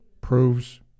proves